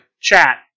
chat